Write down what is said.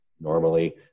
normally